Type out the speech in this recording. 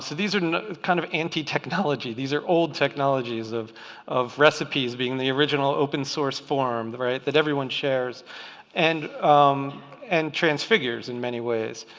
so these are kind of anti technology. these are old technologies of of recipes being the original open-source form that everyone shares and and transfigures in many ways.